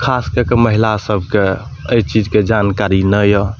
खास कऽ कऽ महिलासबकेएहि चीजके जानकारी नहि यऽ